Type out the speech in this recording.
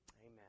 Amen